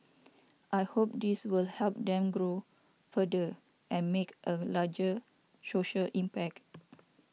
I hope this will help them grow further and make a larger social impact